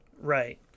Right